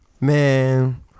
man